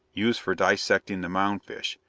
used for dissecting the mound-fish,